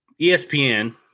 ESPN